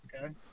Okay